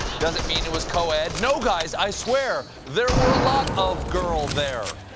doesn't mean it was coed. no guys, i swear there were a lot of girl there.